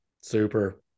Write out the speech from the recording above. super